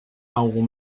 algum